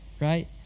right